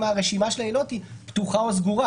הרשימה של העילות היא פתוחה או סגורה,